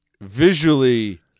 visually